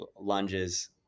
lunges